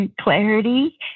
clarity